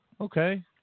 Okay